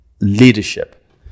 leadership